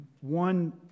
one